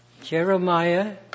Jeremiah